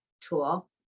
tool